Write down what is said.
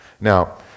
Now